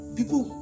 people